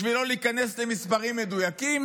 בשביל לא להיכנס למספרים מדויקים